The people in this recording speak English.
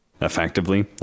effectively